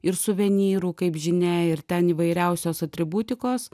ir suvenyrų kaip žinia ir ten įvairiausios atributikos